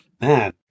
Man